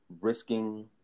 risking